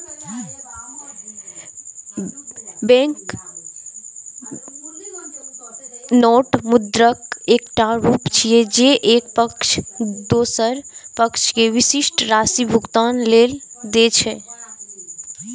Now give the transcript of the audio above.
banknote मुद्राक एकटा रूप छियै, जे एक पक्ष दोसर पक्ष कें विशिष्ट राशि भुगतान लेल दै छै